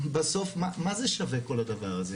בסוף מה זה שווה כל הדבר הזה?